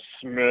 smith